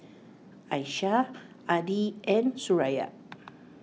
Aisyah Adi and Suraya